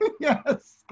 Yes